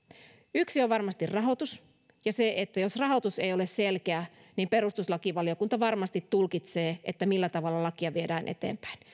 yksi on varmasti rahoitus ja se että jos rahoitus ei ole selkeä niin perustuslakivaliokunta varmasti tulkitsee millä tavalla lakia viedään eteenpäin